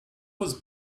was